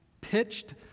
pitched